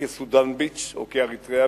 סודן-ביץ' או אריתריאה-ביץ'.